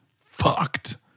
fucked